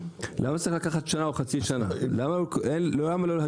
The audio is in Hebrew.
למה זה צריך לקחת שנה,